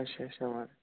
अच्छा अच्छा